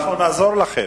אנחנו נעזור לכן.